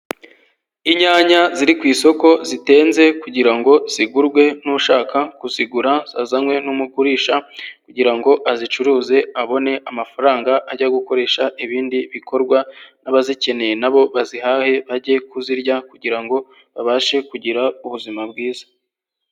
Inyanya ziri ku isoko, zitenze kugira ngo zigurwe n'ushaka kuzigura, zazanywe n'umugurisha kugira ngo azicuruze abone amafaranga ajya gukoresha ibindi bikorwa n'abazikeneye na bo bazihahe, bajye kuzirya kugira ngo babashe kugira ubuzima bwiza.